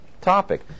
topic